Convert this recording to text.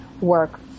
work